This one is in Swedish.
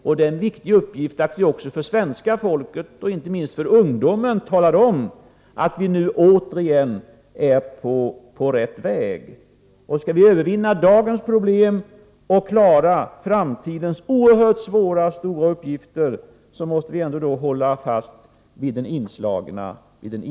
Likaså är det viktigt att tala om för svenska folket, inte minst ungdomen, att vi åter är på rätt väg. För att klara dagens problem och framtidens oerhört svåra uppgifter måste vi ändå hålla oss fast på den inslagna vägen.